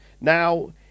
now